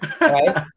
right